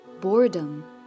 boredom